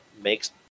makes